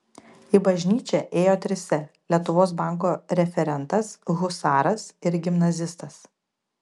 į bažnyčią ėjo trise lietuvos banko referentas husaras ir gimnazistas